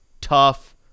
tough